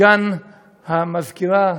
סגן המזכירה,